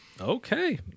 Okay